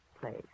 place